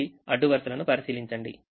మళ్లీఅడ్డు వరుసలను పరిశీలించండి